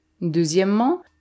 Deuxièmement